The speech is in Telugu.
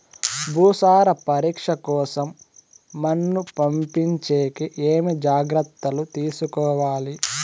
భూసార పరీక్ష కోసం మన్ను పంపించేకి ఏమి జాగ్రత్తలు తీసుకోవాలి?